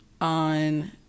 on